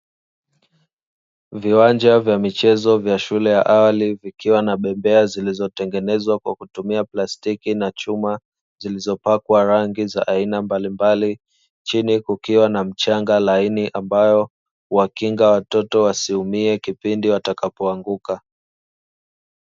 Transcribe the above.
Viwanja vya michezo vya shule ya awali vikiwa na bembea zilizotengenezwa kwa kutumia plastiki na chuma zilizopakwa rangi za aina mbalimbali chini kukiwa na mchanga laini ambao huwakinga watoto wasiumie kipindi watakapo anguka.